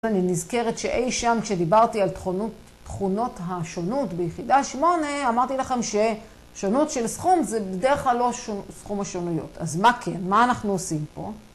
אני נזכרת שאי שם כשדיברתי על תכונות השונות ביחידה 8 אמרתי לכם ששונות של סכום זה בדרך כלל לא סכום השונויות. אז מה כן? מה אנחנו עושים פה?